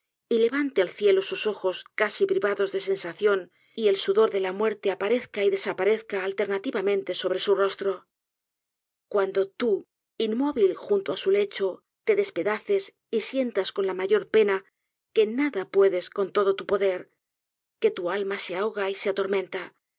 y levante al cielo sus ojos casi privados de sensación y el sudor déla muerte aparezca y desaparezca alternativamente sobre su rostro cuando tú inmóvil junto á su lecho te despedaces y sientas con la mayor pena que nada puedes con todo tu poder que tu alma se ahoga y se atormenla